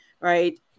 right